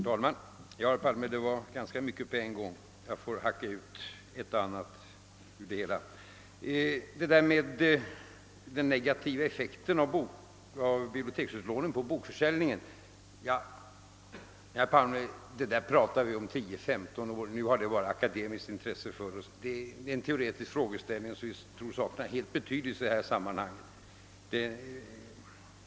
Herr talman! Ja, herr Palme, detta var ganska mycket på en gång. Jag får hacka ut ett och annat i det hela. Frågan om den negativa effekten på bokförsäljningen av biblioteksutlåningen var något som vi talade om för 10—15 år sedan, men nu har den bara akademiskt intresse för oss. Det är för oss en teoretisk frågeställning utan betydelse i detta sammanhang.